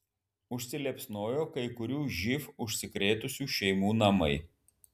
užsiliepsnojo kai kurių živ užsikrėtusių šeimų namai